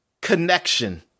connection